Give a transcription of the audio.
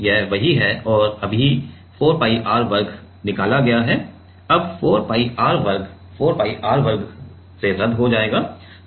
यह वही है और अभी 4 pi r वर्ग निकाला गया है अब 4 pi r वर्ग 4 pi r वर्ग रद्द हो जाएगा